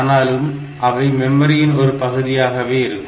ஆனாலும் அவை மெமரியின் ஒரு பகுதியாகவே இருக்கும்